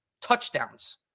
touchdowns